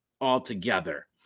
altogether